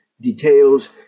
details